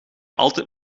altijd